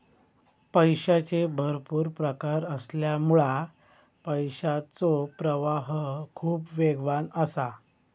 पैशाचे भरपुर प्रकार असल्यामुळा पैशाचो प्रवाह खूप वेगवान असा